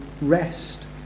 rest